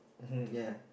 mmhmm ya